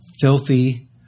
Filthy